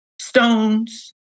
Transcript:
stones